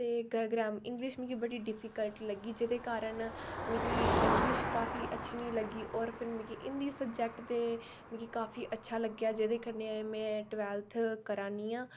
ते इंगलिश मिगी बड़ी डिफीकल्ट लग्गी जेहदे काऱण मिगी इंगलिश काफी अच्छी नेईं लग्गी और फिर मिगी हिंदी सब्जैक्ट ते मिगी काफी अच्छा लग्गेआ जेहदे कन्नै में टवैल्फ्थ करा नी आं